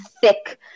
thick